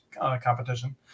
competition